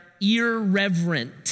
irreverent